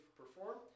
perform